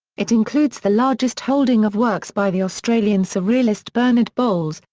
it includes the largest holding of works by the australian surrealist bernard boles,